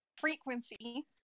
frequency